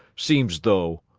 seems though.